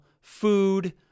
food